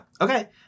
Okay